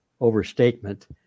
overstatement